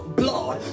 blood